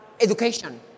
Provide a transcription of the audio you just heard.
education